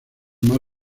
más